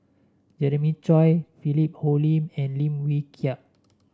Jeremiah Choy Philip Hoalim and Lim Wee Kiak